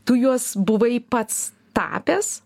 tu juos buvai pats tapęs